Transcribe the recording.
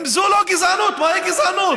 אם זאת לא גזענות, מהי גזענות?